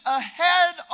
ahead